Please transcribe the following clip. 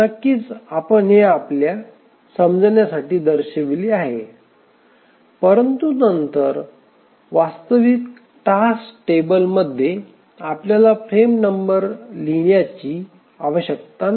नक्कीच आपण हे आमच्या समजण्यासाठी दर्शविले आहे परंतु नंतर वास्तविक टास्क टेबलमध्ये आपल्याला फ्रेम नंबर लिहिण्याची आवश्यकता नाही